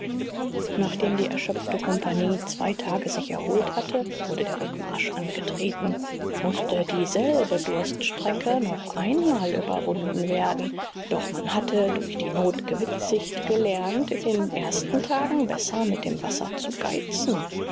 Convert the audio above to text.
nachdem die erschöpfte kompagnie zwei tage sich erholt hatte wurde der rückmarsch angetreten mußte dieselbe durststrecke noch einmal überwunden werden doch man hatte durch die not gewitzigt gelernt in den ersten tagen besser mit dem wasser zu geizen